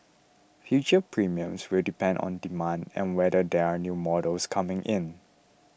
future premiums will depend on demand and whether there are new models coming in